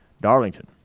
darlington